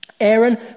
Aaron